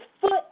foot